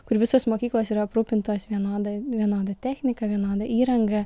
kur visos mokyklos yra aprūpintos vienodai vienoda technika vienoda įranga